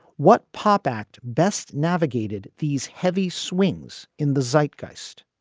what pop act best navigated these heavy swings in the zeit geist?